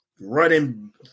Running